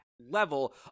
level